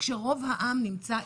אנחנו מפלגה של 30